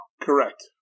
Correct